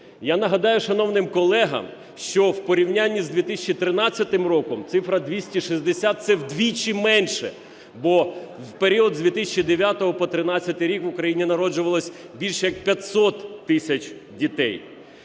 Я нагадаю шановним колегам, що в порівнянні з 2013 роком цифра 260 – це вдвічі менше, бо в період з 2009 по 2013 рік в Україні народжувалось більш як 500 тисяч дітей.